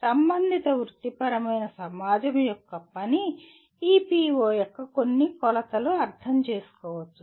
సంబంధిత వృత్తిపరమైన సమాజం యొక్క పని ఈ PO యొక్క కొన్ని కొలతలు అర్థం చేసుకోవచ్చు